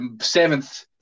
seventh